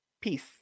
Peace